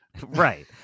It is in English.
right